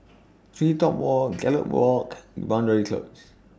TreeTop Walk Gallop Walk and Boundary Close